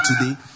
today